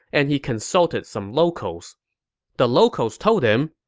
and he consulted some locals the locals told him,